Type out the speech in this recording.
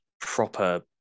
proper